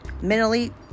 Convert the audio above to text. Mentally